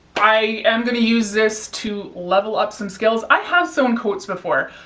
i am going to use this to level up some skills. i have sewn coats before.